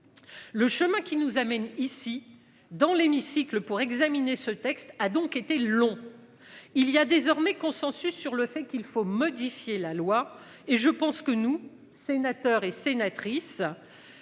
Le chemin qui nous amène ici dans l'hémicycle pour examiner ce texte a donc été long. Il y a désormais consensus sur le fait qu'il faut modifier la loi et je pense que nous sénateurs et sénatrices.